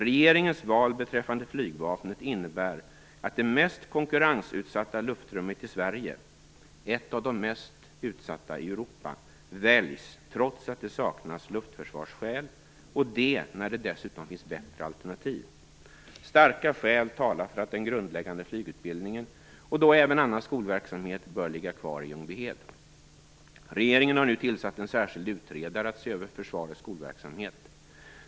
Regeringens val beträffande flygvapnet innebär att det mest konkurrensutsatta luftrummet i Sverige - ett av de mest utsatta i Europa - väljs, trots att det saknas luftförsvarsskäl, och det när det dessutom finns bättre alternativ. Starka skäl talar för att den grundläggande flygutbildningen och då även annan skolverksamhet bör ligga kvar i Ljungbyhed. Regeringen har nu tillsatt en särskild utredare för att se över försvarets skolverksamhet.